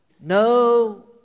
no